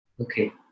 okay